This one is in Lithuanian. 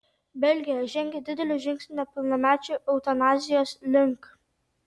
belgija žengė didelį žingsnį nepilnamečių eutanazijos link